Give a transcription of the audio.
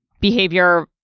behavior